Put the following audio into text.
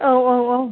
औ औ औ